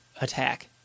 attack